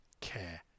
care